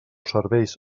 serveis